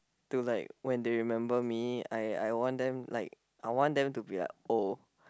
to like when they remember me I I want them like I want them to be like oh